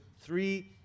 three